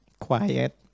quiet